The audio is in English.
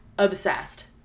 Obsessed